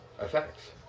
effects